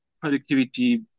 productivity